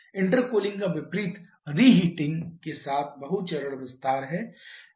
intercooling का विपरीत reheating के साथ बहु चरण विस्तार है